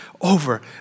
over